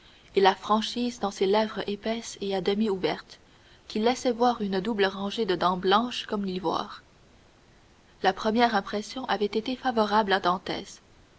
et la franchise dans ces lèvres épaisses et à demi ouvertes qui laissaient voir une double rangée de dents blanches comme l'ivoire la première impression avait été favorable à dantès